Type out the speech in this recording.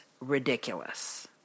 ridiculous